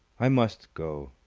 i must go.